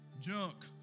Junk